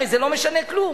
הרי זה לא משנה כלום.